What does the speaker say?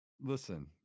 Listen